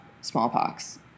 smallpox